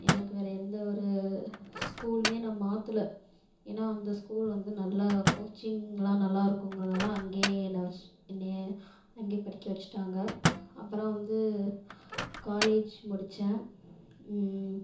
எனக்கு வேறு எந்த ஒரு ஸ்கூலுமே நான் மாற்றல ஏன்னா அந்த ஸ்கூல் வந்து நல்ல கோச்சிங் எல்லாம் நல்லா இருக்குங்கிறதால அங்கேயே என்ன வச்சு என்னையை அங்கேயே படிக்க வச்சுட்டாங்க அப்புறம் வந்து காலேஜ் முடிச்சேன்